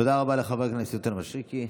תודה רבה לחבר הכנסת יונתן מישרקי.